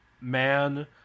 man